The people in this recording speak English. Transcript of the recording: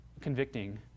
convicting